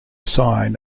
sign